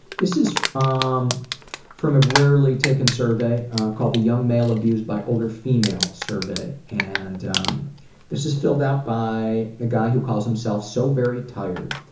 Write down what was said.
this is um from a rarely-taken survey called the young male abused by older female survey. and um this is filled out by a guy who calls himself so very tired.